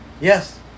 Yes